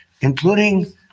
including